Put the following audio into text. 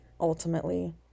ultimately